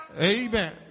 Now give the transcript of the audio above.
Amen